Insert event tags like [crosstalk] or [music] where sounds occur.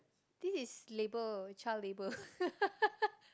this is labor child labor [laughs]